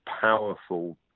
powerful